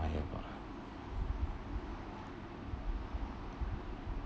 admire about her